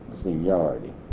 seniority